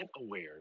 aware